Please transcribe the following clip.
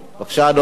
בבקשה, אדוני.